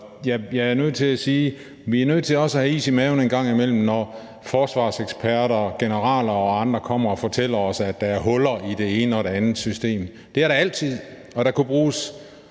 jeg er nødt til at sige, at vi også er nødt til at have is i maven en gang imellem, når forsvarseksperter, generaler og andre, kommer og fortæller os, at der er huller i det ene og det andet system. Det er der altid, og der kunne bruges